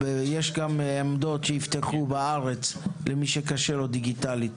יהיו עמדות שייפתחו בארץ למי שקשה לו דיגיטלית.